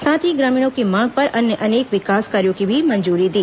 साथ ही ग्रामीणों की मांग पर अन्य अनेक विकास कार्यों की भी मंजूरी दी